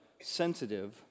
sensitive